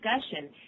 discussion